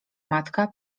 matka